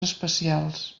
especials